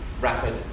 rapid